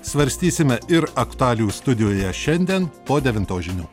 svarstysime ir aktualijų studijoje šiandien po devintos žinių